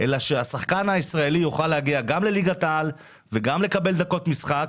אלא שהשחקן הישראלי יוכל להגיע גם לליגת העל וגם לקבל דקות משחק,